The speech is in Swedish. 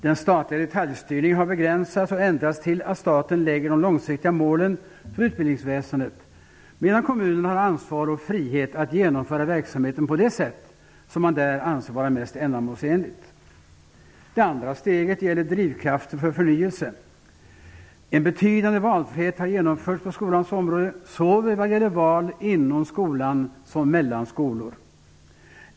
Den statliga detaljstyrningen har begränsats och ändrats till att staten sätter upp de långsiktiga målen för utbildningsväsendet medan kommunerna har ansvar och frihet att genomföra verksamheten på det sätt som man där anser vara mest ändamålsenligt. Det andra steget gäller drivkraften för förnyelse. En betydande valfrihet har genomförts på skolans område såväl vad gäller val inom skolan som mellan skolor.